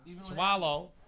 swallow